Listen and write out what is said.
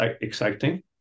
exciting